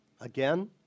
Again